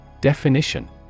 Definition